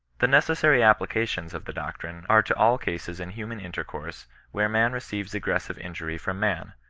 the necessary applications of the doctrine are to all cases in human intercourse where man receives aggres sive injury from man,